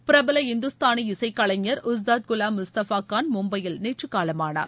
பிரபல இந்துஸ்தானி இசைக் கலைஞர் உஸ்தாத் குவாம் முஸ்தஃபா கான் மும்பையில் நேற்று காலமானார்